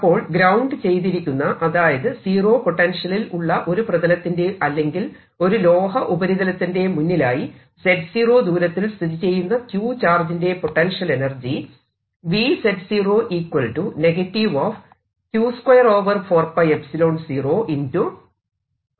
അപ്പോൾ ഗ്രൌണ്ട് ചെയ്തിരിക്കുന്ന അതായത് സീറോ പൊട്ടൻഷ്യലിൽ ഉള്ള ഒരു പ്രതലത്തിന്റെ അല്ലെങ്കിൽ ഒരു ലോഹ ഉപരിതലത്തിന്റെ മുന്നിലായി z0 ദൂരത്തിൽ സ്ഥിതിചെയ്യുന്ന q ചാർജിന്റെ പൊട്ടൻഷ്യൽ എനർജി ആയിരിക്കും